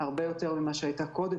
והרבה יותר ממה שהיה קודם,